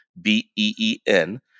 B-E-E-N